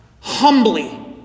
humbly